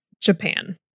Japan